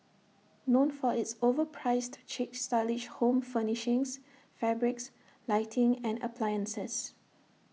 known for its overpriced chic stylish home furnishings fabrics lighting and appliances